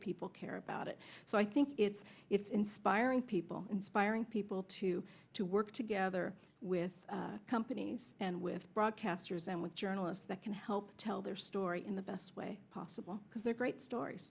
people care about it so i think it's it's inspiring people inspiring people to to work together with companies and with broadcasters and with journalists that can help tell their story in the best way possible because they're great stories